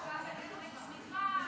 השקעה במנועי צמיחה,